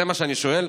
זה מה שאני שואל.